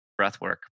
breathwork